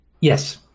yes